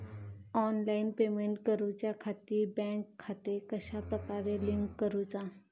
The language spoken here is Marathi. ऑनलाइन पेमेंट करुच्याखाती बँक खाते कश्या प्रकारे लिंक करुचा?